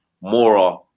Mora